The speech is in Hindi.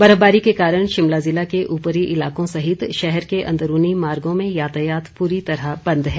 बर्फबारी के कारण शिमला ज़िला के ऊपरी इलाकों सहित शहर के अंदरूनी मार्गों में यातायात पूरी तरह बंद है